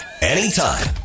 anytime